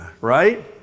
right